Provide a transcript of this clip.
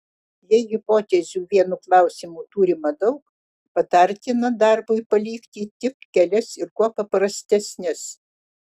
jei hipotezių vienu klausimu turima daug patartina darbui palikti tik kelias ir kuo paprastesnes